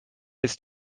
ist